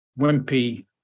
wimpy